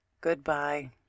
Goodbye